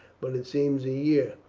but it seems a year.